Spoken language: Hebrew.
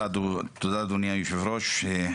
תודה אדוני היושב ראש.